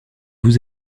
vous